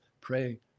pray